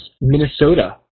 Minnesota